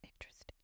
Interesting